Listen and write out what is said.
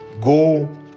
go